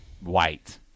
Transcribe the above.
white